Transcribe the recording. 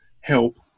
help